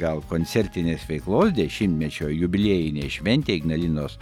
gal koncertinės veiklos dešimtmečio jubiliejinė šventė ignalinos